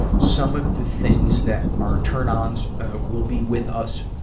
some of the things that are turn-ons, ah, will be with us,